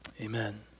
amen